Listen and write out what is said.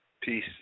peace